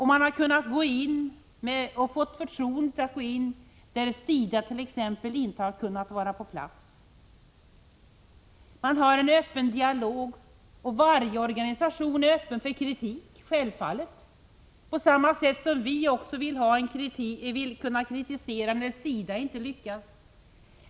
Man har fått förtroendet att gå in t.ex. där SIDA inte kunnat vara på plats. Man för en öppen dialog, och varje organisation är självfallet öppen för kritik på samma sätt som vi också vill kunna kritisera när SIDA inte lyckas.